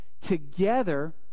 Together